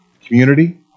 community